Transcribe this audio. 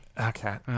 Okay